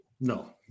No